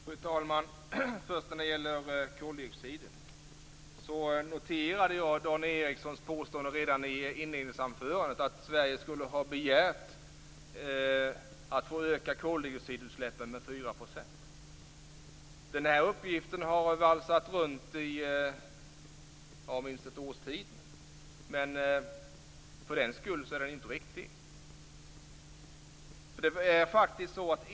Fru talman! När det gäller koldioxiden noterade jag Dan Ericssons påstående redan i inledningsanförandet. Det gäller då att Sverige skulle ha begärt att få öka koldioxidutsläppen med 4 %. Den uppgiften har nu valsat runt i minst ett år men för den skull är den inte riktig.